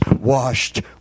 washed